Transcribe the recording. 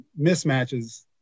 mismatches